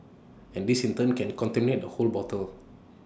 and this in turn can contaminate the whole bottle